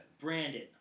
Brandon